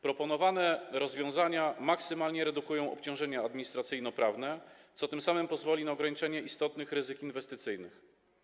Proponowane rozwiązania maksymalnie redukują obciążenia administracyjnoprawne, co pozwoli na ograniczenie istotnych ryzyk inwestycyjnych.